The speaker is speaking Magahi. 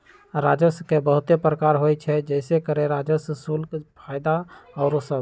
राजस्व के बहुते प्रकार होइ छइ जइसे करें राजस्व, शुल्क, फयदा आउरो सभ